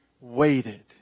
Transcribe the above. waited